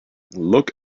look